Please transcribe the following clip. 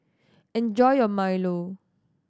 enjoy your milo